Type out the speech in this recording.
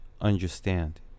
understand